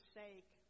sake